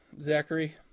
Zachary